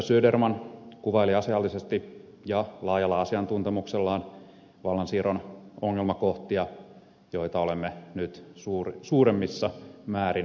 söderman kuvaili asiallisesti ja laajalla asiantuntemuksellaan vallansiirron ongelmakohtia joita olemme nyt suuremmissa määrin suorittamassa